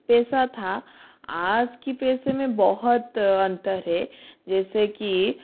पैसा था आज की पैसे में बहुत अंतर है जैसे कि